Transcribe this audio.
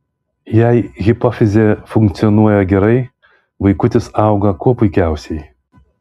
jei hipofizė funkcionuoja gerai vaikutis auga kuo puikiausiai